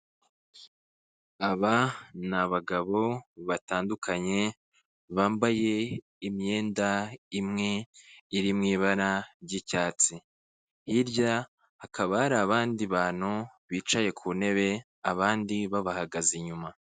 Aba n'abagabo batandukanye, bambaye imyenda imwe iri mu ibara ry'icyatsi, hirya hakaba hari abandi bantu bicaye ku ntebe, abandi babahagaze inyuma.